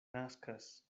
naskas